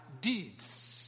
deeds